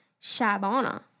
Shabana